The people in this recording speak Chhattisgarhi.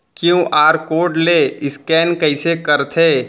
क्यू.आर कोड ले स्कैन कइसे करथे?